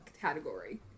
category